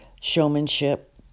showmanship